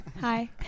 Hi